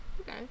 Okay